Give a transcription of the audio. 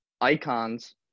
icons